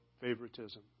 favoritism